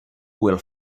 will